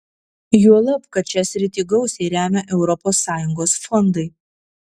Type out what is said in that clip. juolab kad šią sritį gausiai remia europos sąjungos fondai